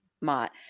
Mott